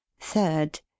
third